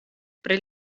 pri